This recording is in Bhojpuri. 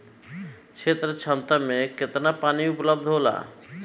क्षेत्र क्षमता में केतना पानी उपलब्ध होला?